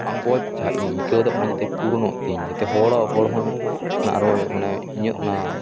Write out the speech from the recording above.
ᱟᱸᱜᱚᱪ ᱡᱟᱦᱟᱸ ᱤᱧᱤᱧ ᱟᱹᱭᱠᱟᱹᱣ ᱮᱫᱟ ᱚᱱᱟ ᱡᱟᱛᱮ ᱯᱩᱨᱚᱱᱚᱜ ᱛᱤᱧ ᱡᱟᱛᱮ ᱦᱚᱲ ᱦᱚᱧ ᱚᱱᱟ ᱟᱨᱚ ᱢᱟᱱᱮ ᱤᱧᱟᱹᱜ ᱚᱱᱟ